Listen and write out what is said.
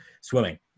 swimming